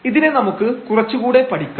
ഇതിനെ നമുക്ക് കുറച്ചുകൂടെ പഠിക്കാം